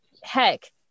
heck